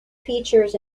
features